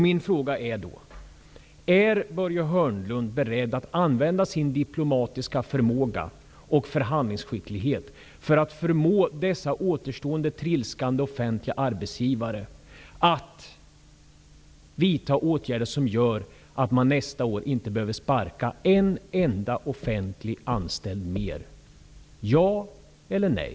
Min fråga är då: Är Börje Hörnlund beredd att använda sin diplomatiska förmåga och förhandlingsskicklighet för att förmå dessa återstående trilskande offentliga arbetsgivare att vidta åtgärder så att man nästa år inte behöver sparka ytterligare en enda offentligt anställd? Ja eller nej?